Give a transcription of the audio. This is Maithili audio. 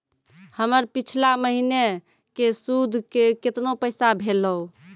हमर पिछला महीने के सुध के केतना पैसा भेलौ?